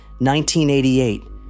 1988